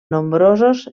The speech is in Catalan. nombrosos